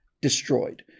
Destroyed